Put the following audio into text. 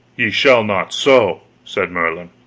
ye shall not so, said merlin,